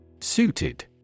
Suited